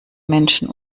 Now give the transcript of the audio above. menschen